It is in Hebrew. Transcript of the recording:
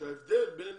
שההבדל בין